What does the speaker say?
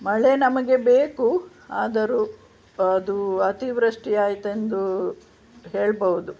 ಮಳೆ ನಮಗೆ ಬೇಕು ಆದರೂ ಅದು ಅತಿವೃಷ್ಟಿ ಆಯಿತೆಂದು ಹೇಳ್ಬೌದು